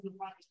right